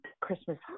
Christmas